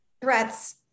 threats